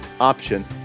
option